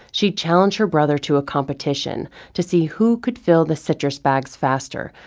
she'd challenge her brother to a competition, to see who could fill the citrus bags faster,